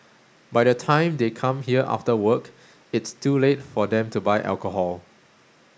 by the time they come here after work it's too late for them to buy alcohol